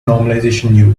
normalization